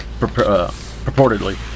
purportedly